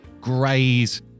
graze